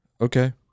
Okay